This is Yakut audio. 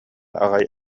аҕай